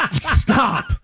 stop